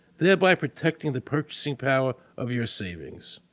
thereby protecting the purchase and power of your savings.